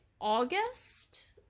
August